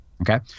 Okay